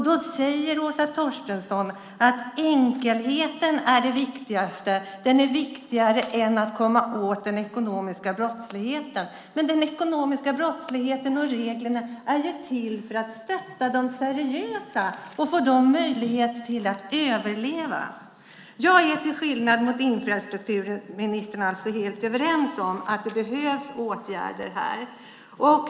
Då säger Åsa Torstensson att enkelheten är det viktigaste, att den är viktigare än att komma åt den ekonomiska brottsligheten. Men den ekonomiska brottsligheten och reglerna är till för att stötta de seriösa och ge dem möjlighet att överleva. Jag är till skillnad från infrastrukturministern helt överens om att det behövs åtgärder här.